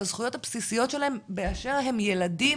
הזכויות הבסיסיות שלהם באשר הם ילדים,